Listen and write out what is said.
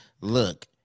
look